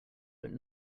but